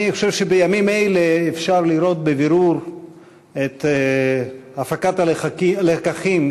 אני חושב שבימים אלה אפשר לראות בבירור את הפקת הלקחים,